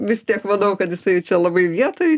vis tiek manau kad jisai čia labai vietoj